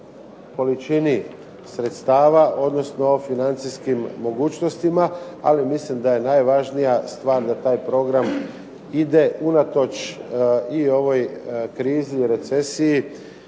količini sredstava, odnosno o financijskim mogućnostima. Ali mislim da je najvažnija stvar da taj program ide unatoč i ovoj krizi i recesiji.